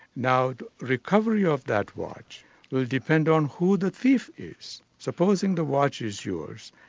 now recovery of that watch will depend on who the thief is. supposing the watch is yours,